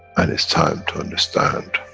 and it's time to understand,